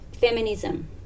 feminism